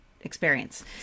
experience